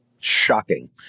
shocking